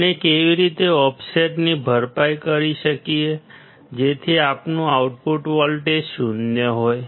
આપણે કેવી રીતે ઓફસેટની ભરપાઈ કરી શકીએ જેથી આપણું આઉટપુટ વોલ્ટેજ શૂન્ય હોય